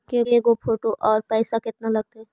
के गो फोटो औ पैसा केतना लगतै?